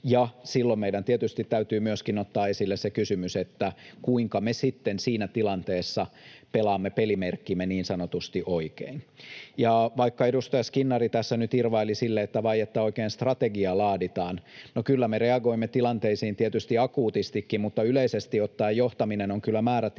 silloin meidän tietysti täytyy ottaa esille myöskin se kysymys, kuinka me sitten siinä tilanteessa pelaamme pelimerkkimme niin sanotusti oikein. Vaikka edustaja Skinnari tässä nyt irvaili sille, että vai oikein strategia laaditaan, niin kyllä me reagoimme tilanteisiin tietysti akuutistikin, mutta yleisesti ottaen johtaminen on kyllä määrätietoisempaa